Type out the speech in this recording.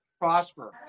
Prosper